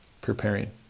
preparing